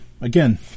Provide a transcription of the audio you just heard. again